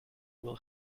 will